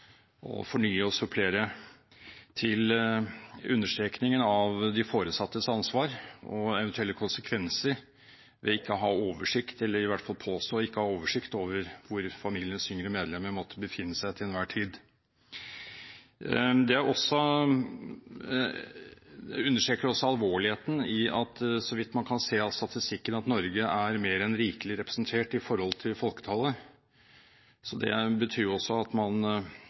fornye og supplere, til understrekningen av de foresattes ansvar og eventuelle konsekvenser ved ikke å ha oversikt eller i hvert fall påstå ikke å ha oversikt over hvor familiens yngre medlemmer måtte befinne seg til enhver tid. Jeg understreker også alvorligheten av at, så vidt man kan se av statistikken, Norge er mer enn rikelig representert i forhold til folketallet. Det betyr også at man